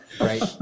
right